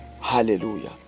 Hallelujah